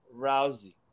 Rousey